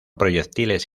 proyectiles